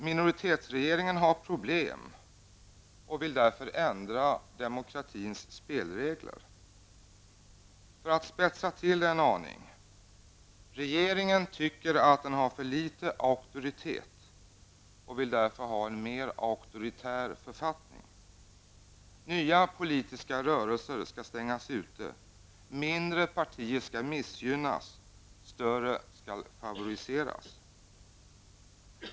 Minoritetsregeringen har problem och vill därför ändra demokratins spelregler. För att spetsa till det en aning tycker regeringen att den har för litet auktoritet och vill därför ha en mer auktoritär författning. Nya politiska rörelser skall stängas ute. Mindre partier skall missgynnas och större skall favoriseras.